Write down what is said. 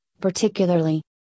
particularly